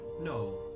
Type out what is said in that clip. No